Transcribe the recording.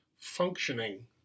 functioning